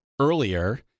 earlier